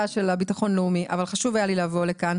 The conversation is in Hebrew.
של הביטחון הלאומי אבל היה חשוב לי לבוא לכאן.